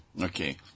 Okay